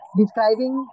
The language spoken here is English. describing